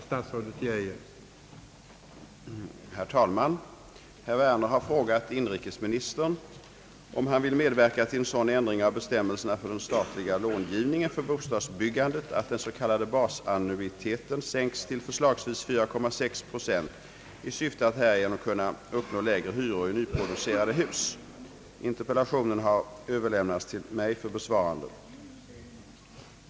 Herr talman! Herr Werner har frågat inrikesministern om han vill medverka till en sådan ändring av bestämmelserna för den statliga långivningen för bostadsbyggandet, att den s, k. basannuiteten sänks till förslagsvis 4,6 procent i syfte att härigenom kunna uppnå lägre hyror i nyproducerade hus. Interpellationen har överlämnats till mig för besvarande.